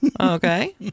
Okay